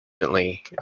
recently